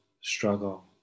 struggle